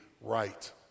right